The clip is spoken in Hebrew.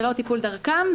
זה לא טיפול דרכם,